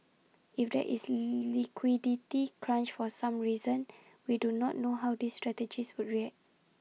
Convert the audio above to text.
if there is lee liquidity crunch for some reason we do not know how these strategies would ray